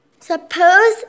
Suppose